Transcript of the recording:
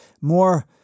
more